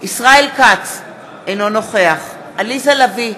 ישראל כץ, אינו נוכח עליזה לביא,